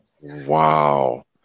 Wow